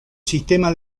sistema